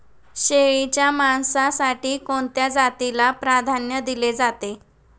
शेळीच्या मांसासाठी कोणत्या जातीला प्राधान्य दिले जाते?